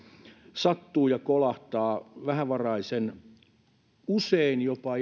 sattuu ja kolahtaa vähävaraiseen usein jopa